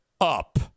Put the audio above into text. up